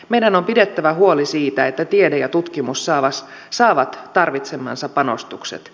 meidän on pidettävä huoli siitä että tiede ja tutkimus saavat tarvitsemansa panostukset